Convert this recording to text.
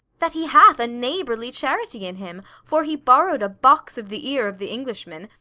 that he hath a neighbourly charity in him, for he borrowed a box of the ear of the englishman,